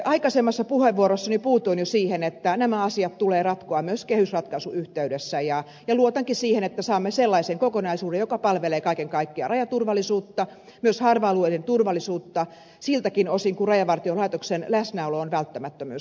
aikaisemmassa puheenvuorossani puutuin jo siihen että nämä asiat tulee ratkoa myös kehysratkaisun yhteydessä ja luotankin siihen että saamme sellaisen kokonaisuuden joka palvelee kaiken kaikkiaan rajaturvallisuutta myös harva alueiden turvallisuutta siltäkin osin kuin rajavartiolaitoksen läsnäolo on välttämättömyys